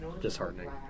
disheartening